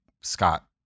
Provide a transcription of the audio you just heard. Scott